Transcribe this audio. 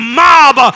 mob